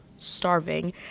starving